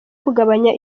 kugabanya